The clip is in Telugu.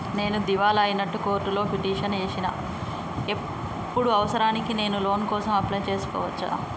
నేను దివాలా అయినట్లు కోర్టులో పిటిషన్ ఏశిన ఇప్పుడు అవసరానికి నేను లోన్ కోసం అప్లయ్ చేస్కోవచ్చా?